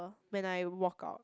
when I walk out